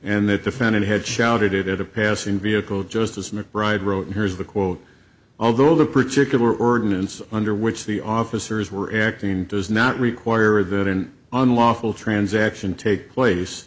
and the defendant had shouted it at a passing vehicle just as mcbride wrote here's the quote although the particular ordinance under which the officers were acting does not require that an unlawful transaction take place